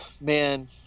man